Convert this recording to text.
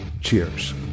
Cheers